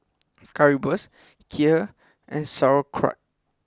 Currywurst Kheer and Sauerkraut